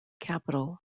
capital